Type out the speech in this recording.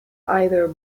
either